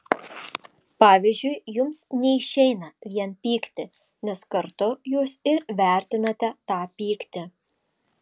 pavyzdžiui jums neišeina vien pykti nes kartu jūs ir vertinate tą pyktį